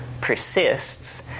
persists